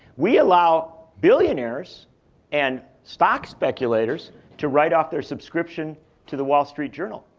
we allow billionaires and stock speculators to write off their subscription to the wall street journal,